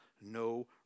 no